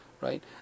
right